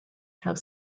have